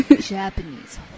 Japanese